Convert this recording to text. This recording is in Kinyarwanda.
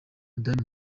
madame